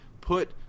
put